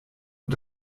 und